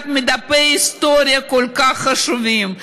אחד מדפי ההיסטוריה הכל-כך חשובים,